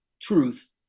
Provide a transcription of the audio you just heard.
truth